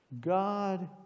God